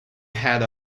had